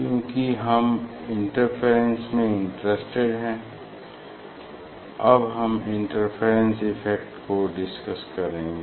क्युकि हम इंटरफेरेंस में इंटरेस्टेड हैं अब हम इंटेफेरेंस इफ़ेक्ट को डिस्कस करेंगे